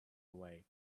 away